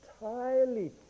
entirely